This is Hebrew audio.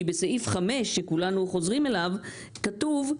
כי בסעיף 5, שכולנו חוזרים אליו, כתוב: